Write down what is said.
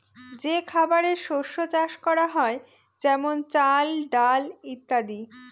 যে খাবারের শস্য চাষ করা হয় যেমন চাল, ডাল ইত্যাদি